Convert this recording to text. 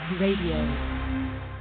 Radio